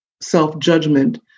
self-judgment